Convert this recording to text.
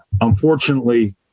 Unfortunately